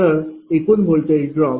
तर एकूण voltage drop 14